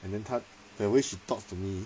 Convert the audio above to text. and then 她 the way she talk to me